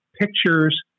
pictures